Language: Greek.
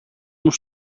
μου